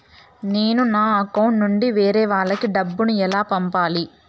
నేను నా అకౌంట్ నుండి వేరే వాళ్ళకి డబ్బును ఎలా పంపాలి?